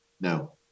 No